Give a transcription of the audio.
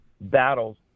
battles